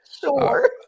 Sure